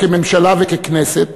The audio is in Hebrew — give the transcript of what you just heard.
כממשלה וככנסת,